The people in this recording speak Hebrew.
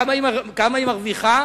כמה היא מרוויחה?